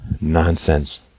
nonsense